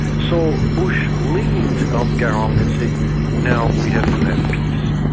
so bush, leaned on garang and said now we have to have peace.